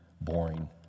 boring